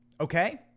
Okay